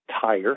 tire